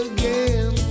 Again